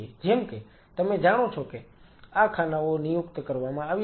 જેમ કે તમે જાણો છો કે આ ખાનાઓ નિયુક્ત કરવામાં આવ્યા છે